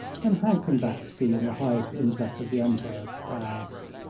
then how can that be in the highest interests of the emperor? i asked.